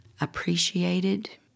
appreciated—